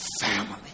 family